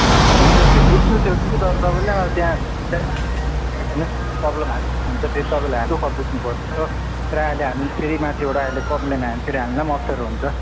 हुन्छ त्यो बुझ्छु त्यो कि तर तपाईँले पनि अब त्यहाँ प्रोब्लम हामीलाई हुन्छ फेरि तपाईँलाई दुःख बुझ्नु पर्छ र अहिले हामीलाई फेरि माथिबाट अहिले फेरि हामीलाई पनि कम्प्लेन आयो भने फेरि हामीलाई पनि अप्ठ्यारो हुन्छ